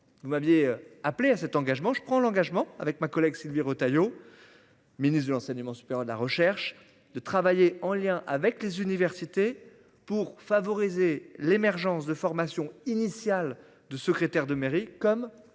vous m'aviez appelé à cet engagement, je prends l'engagement avec ma collègue, Sylvie Retailleau. Ministre de l'enseignement supérieur de la recherche de travailler en lien avec les universités pour favoriser l'émergence de formation initiale de secrétaire de mairie, comme